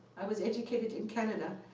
i was educated in canada.